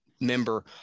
member